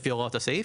לפי הוראות הסעיף.